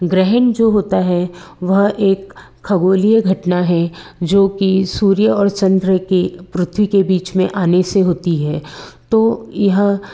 ग्रहण जो होता है वह एक खगोलीय घटना है जो कि सूर्य और चंद्र की पृथ्वी के बीच में आने से होती है तो यह